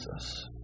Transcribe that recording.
Jesus